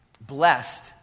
blessed